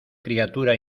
criatura